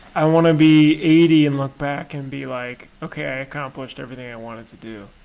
i wanna be eighty and look back and be like, okay, i accomplished everything i wanted to do